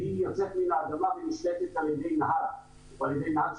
והיא יוצאת מהאדמה ונשלטת על-ידי נהג קטר